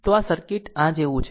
તો આ સર્કિટ આ જેવું છે